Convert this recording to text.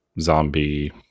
Zombie